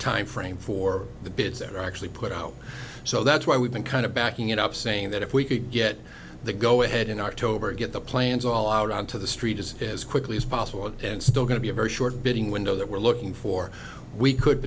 timeframe for the bids that are actually put out so that's why we've been kind of backing it up saying that if we could get the go ahead in october get the plans all out on to the street just as quickly as possible and still going to be a very short bidding window that we're looking for we could